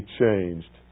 changed